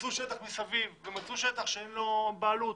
וחיפשו שטח מסביב ומצאו שטח שאין לו בעלות,